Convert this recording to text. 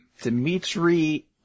Dimitri